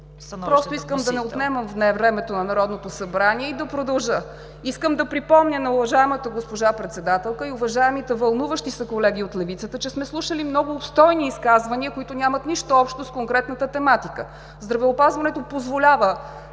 Просто искам да не отнемам времето на Народното събрание и да продължа. Искам да припомня на уважаемата госпожа председателка и уважаемите вълнуващи се колеги от левицата, че сме слушали много обстойни изказвания, които нямат нищо общо с конкретната тематика. Здравеопазването позволява